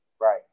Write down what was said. Right